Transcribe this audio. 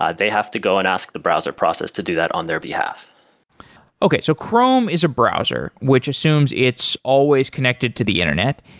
ah they have to go and ask the browser process to do that on their behalf okay, so chrome is a browser, which assumes it's always connected to the internet.